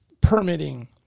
permitting